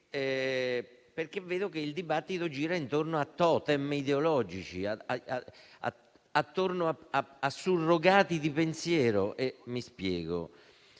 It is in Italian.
perché vedo che il dibattito gira intorno a totem ideologici, a surrogati di pensiero. Mi spiego